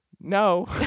no